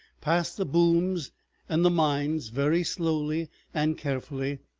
past the booms and the mines, very slowly and carefully,